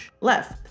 left